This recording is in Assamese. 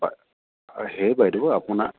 সেই বাইদেউ আপোনাক